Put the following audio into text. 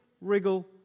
wriggle